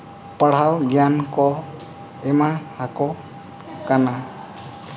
ᱯᱟᱲᱦᱟᱣ ᱜᱮᱭᱟᱱ ᱠᱚ ᱮᱢᱟ ᱟᱠᱚ ᱠᱟᱱᱟ